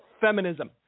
feminism